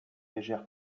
légère